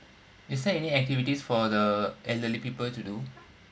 is there any activities for the elderly people to do